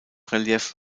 relief